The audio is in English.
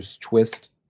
twist